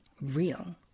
real